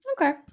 Okay